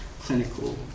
clinical